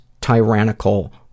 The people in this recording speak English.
tyrannical